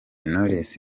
knowless